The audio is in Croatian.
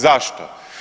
Zašto?